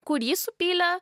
kurį supylė